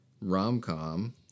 rom-com